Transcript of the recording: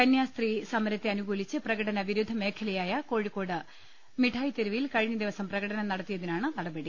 കന്യാസ്ത്രീ സമരത്തെ അനുകൂലിച്ച് പ്രകടന വിരുദ്ധ മേഖലയായ കോഴിക്കോട് മിഠായ്തെരുവിൽ കഴിഞ്ഞ ദിവസം പ്രകടനം നടത്തിയതിനാണ് നടപടി